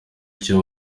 icyo